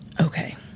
Okay